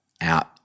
out